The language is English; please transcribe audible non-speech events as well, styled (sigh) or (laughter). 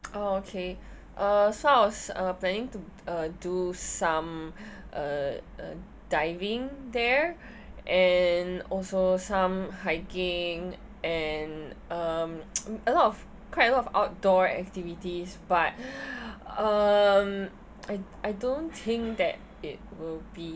orh okay uh so I was uh planning to uh do some uh diving there and also some hiking and um a lot of quite a lot of outdoor activities but (breath) um I I don't think that it will be